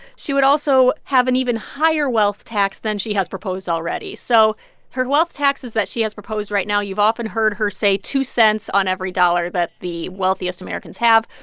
she would also have an even higher wealth tax than she has proposed already. so her wealth taxes that she has proposed right now, you've often heard her say two cents on every dollar that the wealthiest americans have.